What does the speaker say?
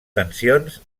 tensions